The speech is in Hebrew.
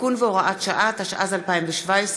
(תיקון והוראת שעה), התשע"ז 2017,